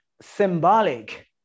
symbolic